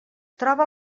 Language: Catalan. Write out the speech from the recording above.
troba